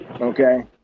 Okay